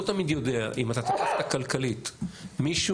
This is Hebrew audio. תמיד יודע אם אתה תקפת כלכלית מישהו,